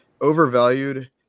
Overvalued